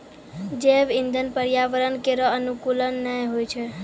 जैव इंधन पर्यावरण केरो अनुकूल नै होय छै